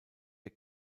der